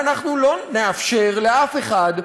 ואנחנו לא נאפשר לאף אחד,